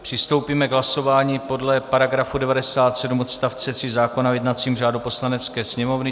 Přistoupíme k hlasování podle § 97 odst. 3 zákona o jednacím řádu Poslanecké sněmovny.